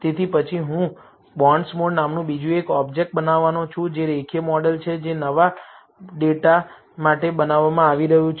તેથી પછી હું બોન્ડસ્મોડ નામનું બીજું એક ઑબ્જેક્ટ બનાવવાનો છું જે રેખીય મોડેલ છે જે નવા ડેટા માટે બનાવવામાં આવી રહ્યું છે